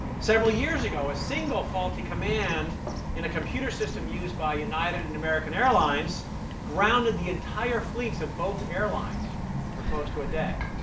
several years ago, a single faulty command in a computer system used by united and american airlines grounded the entire fleets to both airlines for close to a day.